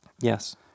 Yes